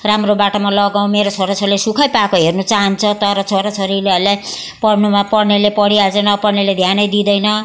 राम्रो बाटोमा लगाऊँ मेरो छोरा छोरीलाई सुख पाएको हेर्न चाहन्छ तर छोरा छोरीहरूले पढ्नुमा पढ्नेले पढिहाल्छन् नपढ्नेले ध्यान दिँदैन